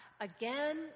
again